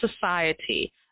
society